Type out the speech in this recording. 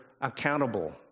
accountable